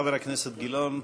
חבר הכנסת גילאון,